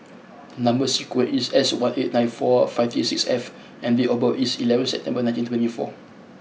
number sequence is S one eight nine four five three six F and date of birth is eleventh September nineteen twenty four